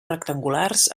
rectangulars